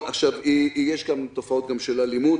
יש גם תופעות של אלימות.